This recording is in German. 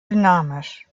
dynamisch